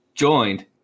Joined